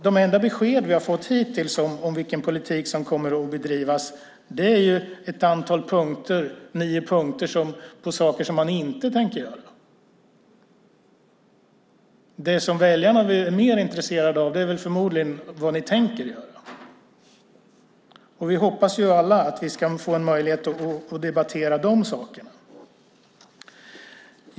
De enda besked vi har fått hittills om vilken politik som kommer att bedrivas är nio punkter om saker som man inte tänker göra. Väljarna är förmodligen mer intresserade av vad ni tänker göra. Vi hoppas alla att vi ska få möjlighet att debattera de sakerna.